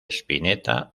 spinetta